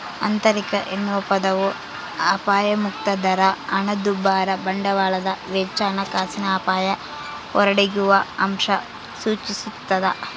ಆಂತರಿಕ ಎನ್ನುವ ಪದವು ಅಪಾಯಮುಕ್ತ ದರ ಹಣದುಬ್ಬರ ಬಂಡವಾಳದ ವೆಚ್ಚ ಹಣಕಾಸಿನ ಅಪಾಯ ಹೊರಗಿಡುವಅಂಶ ಸೂಚಿಸ್ತಾದ